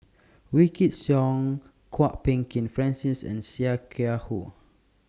Wykidd Song Kwok Peng Kin Francis and Sia Kah Hui